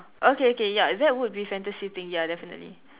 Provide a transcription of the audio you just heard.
okay okay ya is that would be fantastic thing ya definitely